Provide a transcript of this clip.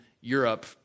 Europe